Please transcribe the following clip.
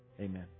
Amen